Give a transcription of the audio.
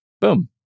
Boom